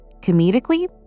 comedically